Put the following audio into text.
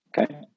Okay